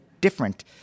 different